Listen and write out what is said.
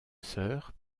sœur